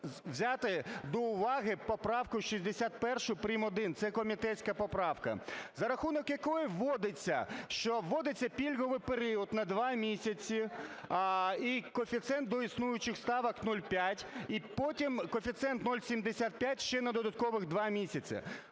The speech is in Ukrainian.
вводиться, що вводиться пільговий період на 2 місяці і коефіцієнт до існуючих ставок 0,5 і потім коефіцієнт 0,75 ще на додаткових 2 місяці.